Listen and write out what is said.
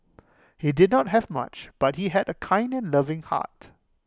he did not have much but he had A kind and loving heart